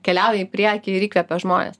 keliauja į priekį ir įkvepia žmones